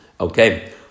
Okay